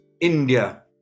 India